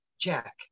Jack